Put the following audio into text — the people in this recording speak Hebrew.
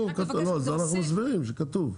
אנחנו מסבירים שכתוב.